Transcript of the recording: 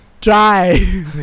Try